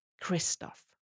Christoph